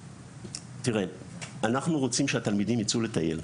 תראה, אנחנו רוצים שהתלמידים יצאו לטייל.